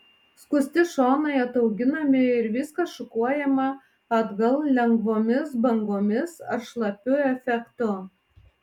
skusti šonai atauginami ir viskas šukuojama atgal lengvomis bangomis ar šlapiu efektu